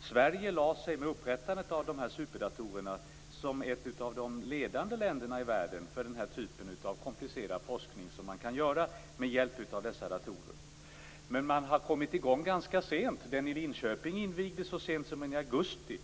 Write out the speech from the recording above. Sverige lade sig, med upprättandet av de här superdatorerna, som ett av de ledande länderna i världen för den typ av komplicerad forskning som man kan göra med hjälp av dessa datorer. Men man har kommit i gång ganska sent - den i Linköping invigdes så sent som i augusti.